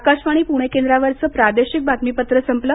आकाशवाणी पुणे केंद्रावरचं प्रादेशिक बातमीपत्र संपलं